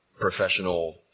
professional